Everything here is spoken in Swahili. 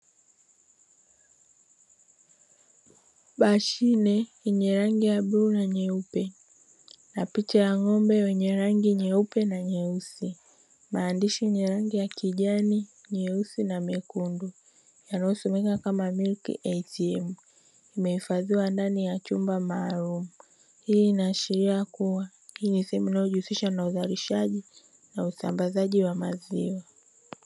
Mashine yenye rangi ya bluu na nyeupe, na picha ya ng'ombe wenye rangi nyeupe na nyeusi, maandishi yenye rangi ya kijani meusi na mekundu yanayosomeka kama millk aitiemu, imeifadhiwa ndani ya chumba maalumu, hii inaashilia kuwa hii ni sehemu inayojihusisha na uzalishaji na usambazaji wa maziwa,